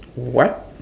what